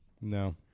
no